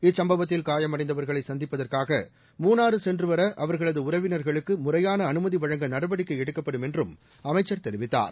இச்சம்பவத்தில் காயமடைந்தவர்களை சந்திப்பதற்காக மூணாறு சென்றுவர அவர்களது உறவினர்களுக்கு முறையான அனுமதி வழங்க நடவடிக்கை எடுக்கப்படும் என்றும் அமைச்சர் தெரிவித்தார்